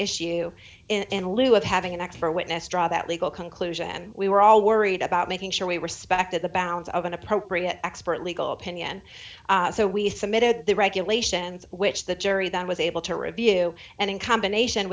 issue in lieu of having an expert witness draw that legal conclusion we were all worried about making sure we respected the bounds of an appropriate expert legal opinion so we submitted the regulations which the jury then was able to review and in combination